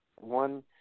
One